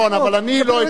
אבל אני לא אתן,